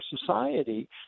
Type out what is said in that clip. society